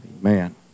Amen